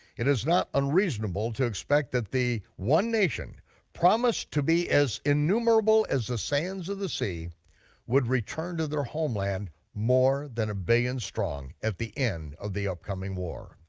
it is not unreasonable to expect that the one nation promised to be as innumerable as the sands of the sea would return to their homeland more than a billion strong at the end of the upcoming war.